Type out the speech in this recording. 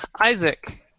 Isaac